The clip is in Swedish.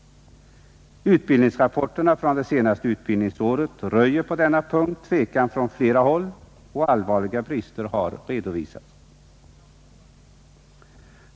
Utbildningsrapporterna från det senaste utbildningsåret röjer på denna punkttvekan från flera håll och allvarliga brister har redovisats.